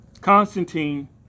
Constantine